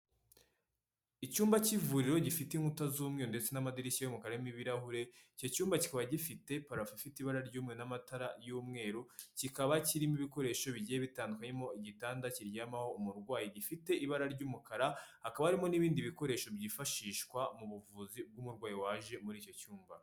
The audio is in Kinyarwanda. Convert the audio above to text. Icyumba cy'ivuriro gifite inkuta z'umweru ndetse n'amadirishya y'umukara arimo ibirahure, icyo cyumba kikaba gifite parafo ifite ibara ry'umweru n'amatara y'umweru, kikaba kirimo ibikoresho bigiye bitandukanye harimo igitanda kiryamaho umurwayi gifite ibara ry'umukara, hakaba harimo n'ibindi bikoresho byifashishwa mu buvuzi bw'umurwayi waje muri icyo cyumba.